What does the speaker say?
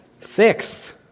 Six